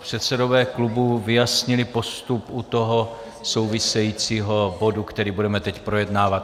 předsedové klubů vyjasnili postup u toho souvisejícího bodu, který budeme teď projednávat.